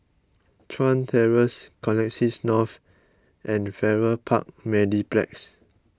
Chuan Terrace Connexis North and Farrer Park Mediplex